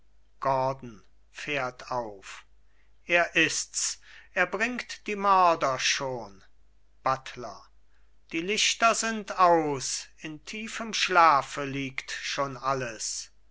gordon fährt auf er ists er bringt die mörder schon buttler die lichter sind aus in tiefem schlafe liegt schon alles